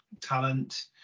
talent